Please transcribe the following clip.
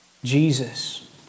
Jesus